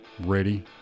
ready